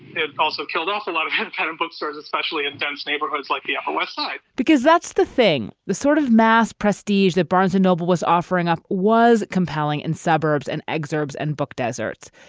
it also killed off a lot of kind of bookstores, especially in dense neighborhoods like the upper west side, because that's the thing the sort of mass prestige that barnes noble was offering up was compelling in suburbs and exurbs and book deserts.